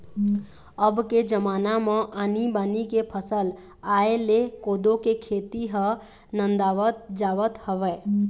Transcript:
अब के जमाना म आनी बानी के फसल आय ले कोदो के खेती ह नंदावत जावत हवय